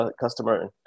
customer